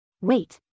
Wait